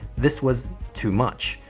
this was too much.